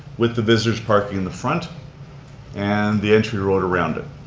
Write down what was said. with the visitor's parking in the front and the entry road around it.